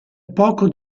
poco